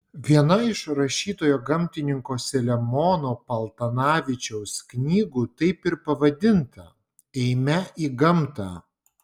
viena iš rašytojo gamtininko selemono paltanavičiaus knygų taip ir pavadinta eime į gamtą